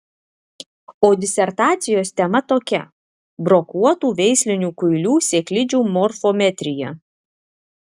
o disertacijos tema tokia brokuotų veislinių kuilių sėklidžių morfometrija